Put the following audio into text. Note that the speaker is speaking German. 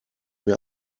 mir